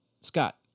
Scott